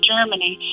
Germany